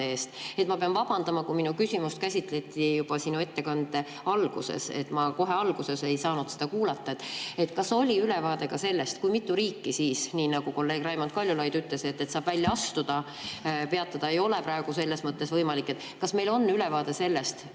Ma pean vabandama, kui mu küsimust käsitleti ettekande alguses, ma kohe alguses ei saanud kuulata. Kas oli ülevaade sellest, kui mitu riiki siis – nii nagu kolleeg Raimond Kaljulaid ütles, et saab välja astuda, peatada ei ole praegu selles mõttes võimalik – on välja astunud?